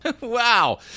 Wow